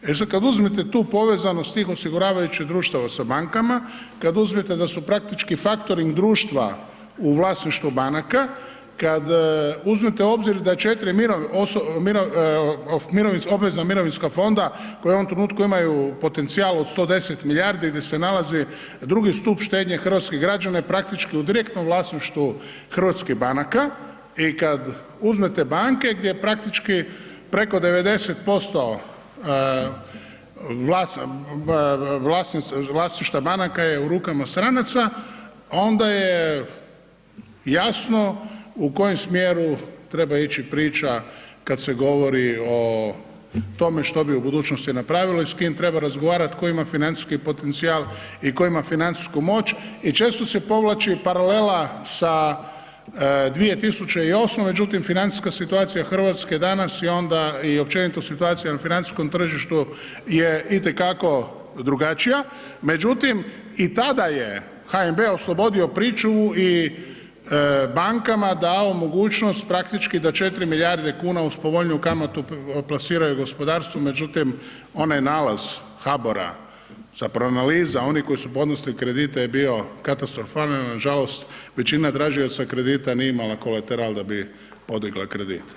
E sad kad uzmete tu povezanost tih osiguravajućih društava, kad uzmete da su praktički faktoring društva u vlasništvu banaka, kad uzmete u obzir da je 4 mirovinska, obvezna mirovinska fonda koja u ovom trenutku imaju potencijal od 110 milijardi gdje se nalazi drugi stup štednje hrvatskih građana je praktički u direktnom vlasništvu hrvatskih banaka i kad uzmete banke gdje je praktički preko 90% vlasništva je u rukama stranaca, onda je jasno u kojem smjeru treba ići priča kad se govori o tome što bi u budućnosti napravili, s kim treba razgovarati, tko ima financijski potencijal i tko ima financijsku moć i često se povlači paralela sa 2008., međutim financijska situacija Hrvatske danas i onda i općenito situacija na financijskom tržištu je itekako drugačija, međutim i tada je HNB oslobodio pričuvu i bankama dao mogućnost praktički da 4 milijarde kuna uz povoljniju kamatu plasiraju gospodarstvu, međutim onaj nalaz HABOR-a zapravo analiza oni koji su podnosili kredite je bio katastrofalan jer nažalost većina tražioca kredita nije imala kolateral da bi podigla kredit.